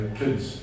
kids